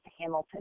Hamilton